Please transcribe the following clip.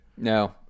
No